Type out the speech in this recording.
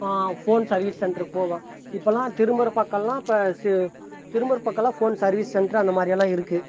phone service சென்டருக்கு போவேன் இப்பெலாம் திரும்புகிற பக்கமெலாம் இப்போ சு திரும்புகிற பக்கமெலாம் ஃபோன் சர்வீஸ் சென்டரு அந்த மாதிரியலாம் இருக்குது